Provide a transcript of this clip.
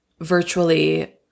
virtually